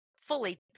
fully